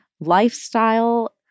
lifestyle